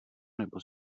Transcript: nebo